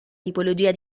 tipologia